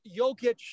Jokic